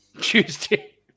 tuesday